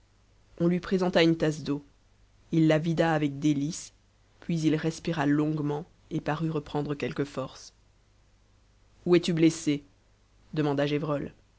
on lui présenta une tasse d'eau il la vida avec délices puis il respira longuement et parut reprendre quelques forces où es-tu blessé demanda